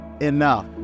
enough